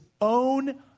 own